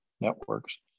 networks